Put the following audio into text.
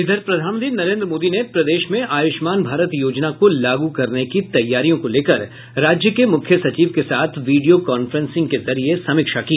इधर प्रधानमंत्री नरेन्द्र मोदी ने प्रदेश में आयुष्मान भारत योजना को लागू करने की तैयारियों को लेकर राज्य के मुख्य सचिव के साथ वीडियो कांफ्रेसिंग के जरिये समीक्षा की